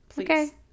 okay